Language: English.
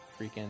freaking